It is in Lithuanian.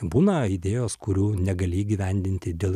būna idėjos kurių negali įgyvendinti dėl